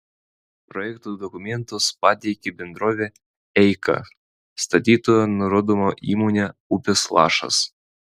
projekto dokumentus pateikė bendrovė eika statytoja nurodoma įmonė upės lašas